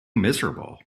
miserable